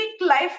life